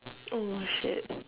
oh shit